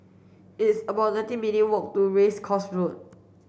it's about nineteen minutes walk to Race Course Road